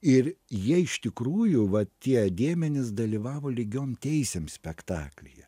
ir jie iš tikrųjų va tie dėmenys dalyvavo lygiom teisėm spektaklyje